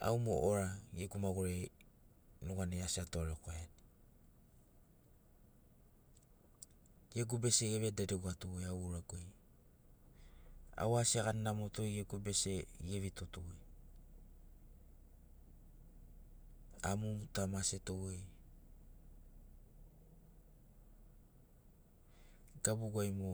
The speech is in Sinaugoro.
au mo ora gegu maguri nuganai asi atugarekwaiani gegu bese evededegwato au uraguai au asi agani namoto gegu bese evitoto amumuta maseto goi gabugu aim o